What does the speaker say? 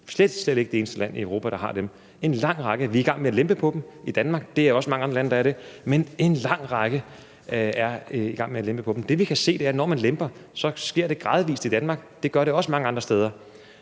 slet, slet ikke det eneste land i Europa, der har restriktioner. Vi er i gang med at lempe på dem i Danmark, og det er der også mange andre lande der er – der er en lang række lande, der er i gang med at lempe på dem. Det, vi kan se, er, at når man lemper, sker det gradvis i Danmark, og det gør det også mange andre steder,